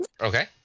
Okay